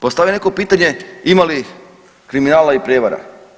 Postavio je neko pitanje, ima li kriminala i prijevara.